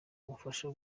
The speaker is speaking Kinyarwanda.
umufasha